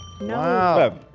No